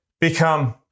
become